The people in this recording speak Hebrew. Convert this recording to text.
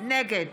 נגד